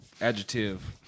Adjective